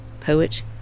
poet